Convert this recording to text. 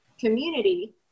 community